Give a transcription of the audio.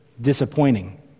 disappointing